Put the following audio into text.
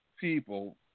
people